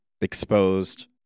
exposed